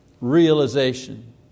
realization